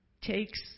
Takes